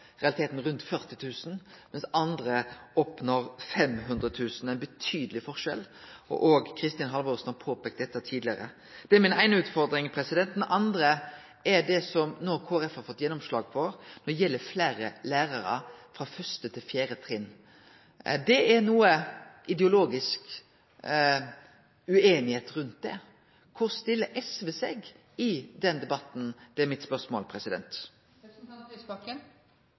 realiteten mottar rundt 40 000 kr, mens andre oppnår 500 000 kr – ein betydeleg forskjell. Kristin Halvorsen har òg peika på dette tidlegare. Dette er den eine utfordringa mi. Den andre er det som Kristeleg Folkeparti no har fått gjennomslag for, som gjeld fleire lærarar frå første til fjerde trinn. Er det nokre ideologiske ueinigheiter rundt dette? Korleis stiller SV seg i den debatten? Det er spørsmålet mitt.